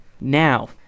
Now